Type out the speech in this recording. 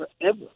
forever